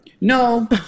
No